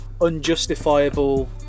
unjustifiable